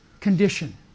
condition